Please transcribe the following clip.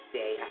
day